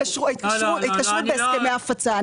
ההתקשרות בהסכמי הפצה.